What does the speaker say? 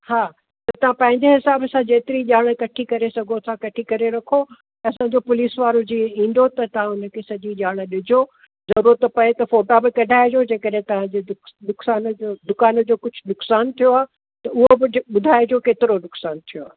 हा त तव्हां पंहिंजे हिसाब सां जेतिरी ॼाणु कठी करे सघो था कठी करे सघो असांजो पुलिसवारो जे ईंदो त तव्हां उन खे सॼी ॼाणु ॾिजो ज़रूरत पए त फोटा बि कढाइजो जेकॾहिं तव्हां जे दुक्स दुक्सान जो दुकान जो कुझु नुक़सानु थियो आहे त उहो बि जि ॿुधाएजो केतिरो नुक़सानु थियो आहे